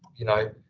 you know,